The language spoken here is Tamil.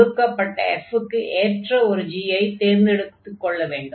கொடுக்கப்பட்ட f க்கு எற்ற ஒரு g ஐ தேர்ந்தெடுத்துக் கொள்ள வேண்டும்